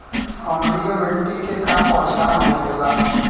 अम्लीय मिट्टी के का पहचान होखेला?